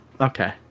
okay